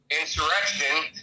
insurrection